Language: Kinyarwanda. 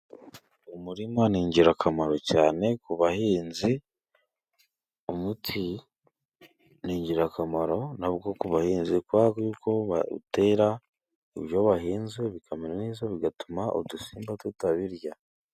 Umurima ni ingirakamaro cyane ku bahinzi. Umuti ni ingirakamaro na wo ku bahinzi, kuko bawutera ibyo bahinze bikamera neza, bigatuma udusimba tutabirya.